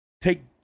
take